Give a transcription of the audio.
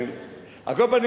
על כל פנים,